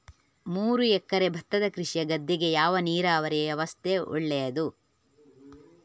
ಮೂರು ಎಕರೆ ಭತ್ತದ ಕೃಷಿಯ ಗದ್ದೆಗೆ ಯಾವ ನೀರಾವರಿ ವ್ಯವಸ್ಥೆ ಒಳ್ಳೆಯದು?